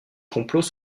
complots